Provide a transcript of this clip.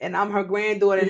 and i'm her granddaughter